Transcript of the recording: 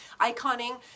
iconing